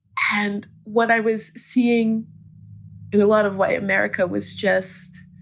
and what i was seeing in a lot of white america was just,